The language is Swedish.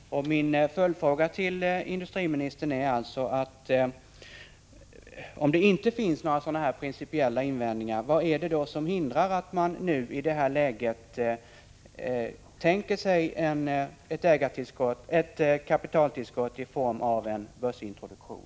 Min följdfråga till industriministern är alltså: Om det inte finns några principiella invändningar, vad är det då som hindrar att man i det här läget tänker sig ett kapitaltillskott i form av börsintroduktion?